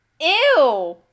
Ew